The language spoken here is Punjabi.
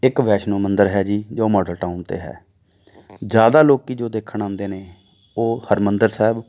ਇੱਕ ਵੈਸ਼ਨੋ ਮੰਦਿਰ ਹੈ ਜੀ ਜੋ ਮਾਡਲ ਟਾਊਨ 'ਤੇ ਹੈ ਜ਼ਿਆਦਾ ਲੋਕ ਜੋ ਦੇਖਣ ਆਉਂਦੇ ਨੇ ਉਹ ਹਰਿਮੰਦਰ ਸਾਹਿਬ